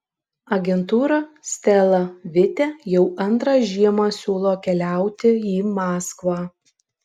agentūra stela vite jau antrą žiemą siūlo keliauti į maskvą